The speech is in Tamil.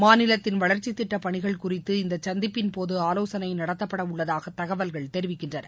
மாநிலத்தின் வளர்ச்சித் திட்டப் பணிகள் குறித்து இந்த சந்திப்பின் போது ஆலோசனை நடத்தப்படவுள்ளதாக தகவல்கள் தெரிவிக்கின்றன